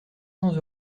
cents